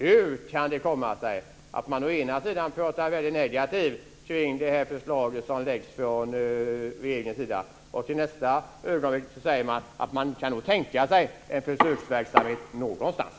Hur kan det komma sig att man å ena sidan pratar negativt kring förslaget som har lagts fram från regeringens sida och å andra sidan kan tänka sig försöksverksamhet någonstans?